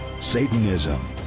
Satanism